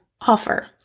offer